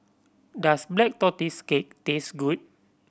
does Black Tortoise Cake taste good